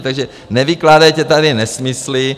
Takže nevykládejte tady nesmysly.